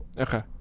okay